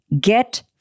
Get